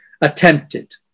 attempted